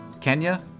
Kenya